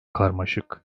karmaşık